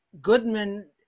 Goodman